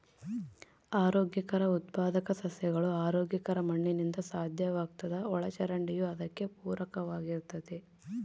ಆರೋಗ್ಯಕರ ಉತ್ಪಾದಕ ಸಸ್ಯಗಳು ಆರೋಗ್ಯಕರ ಮಣ್ಣಿನಿಂದ ಸಾಧ್ಯವಾಗ್ತದ ಒಳಚರಂಡಿಯೂ ಅದಕ್ಕೆ ಪೂರಕವಾಗಿರ್ತತೆ